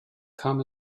kam